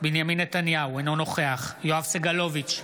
בנימין נתניהו, אינו נוכח יואב סגלוביץ'